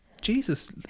Jesus